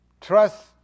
trust